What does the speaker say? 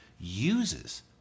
uses